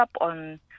on